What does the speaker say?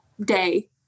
day